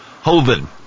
Hoven